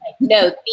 no